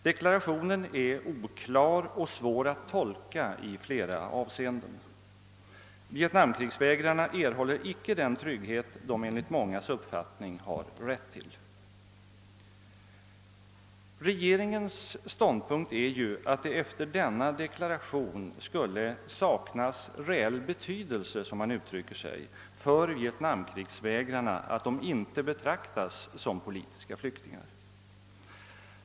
Deklarationen är oklar och svår att tolka i flera avseenden. Vietnamkrigsvägrarna får inte den trygghet som de enligt mångas uppfattning har rätt till. Regeringens ståndpunkt är att det efter den avgivna deklarationen skulle sakna reell betydelse — som man uttrycker sig — för vietnamkrigsvägrar na att de inte betraktas som politiska flyktingar.